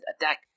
attack